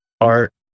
art